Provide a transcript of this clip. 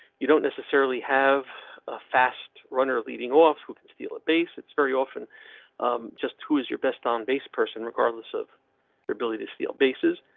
you don't necessarily have a fast runner leading off who can steal a base. it's very often just who is your best on base person, regardless of their ability to steal bases.